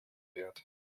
wird